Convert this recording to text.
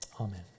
Amen